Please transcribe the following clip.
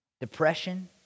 Depression